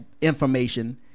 information